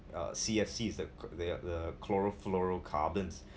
uh C_F_C is the the chloro fluoro carbons